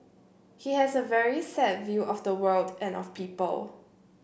he has a very set view of the world and of people